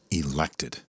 elected